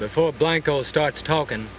before blanco starts talking